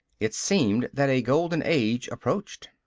it seemed that a golden age approached.